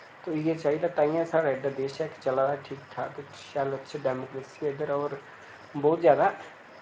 ते इ'यै चाहिदा ताइयें साढ़ा एह्डा देश ऐ इक चला दा ठीक ठाक शैल अच्छी डेमोक्रेसी ऐ इद्धर होर बोह्त ज्यादा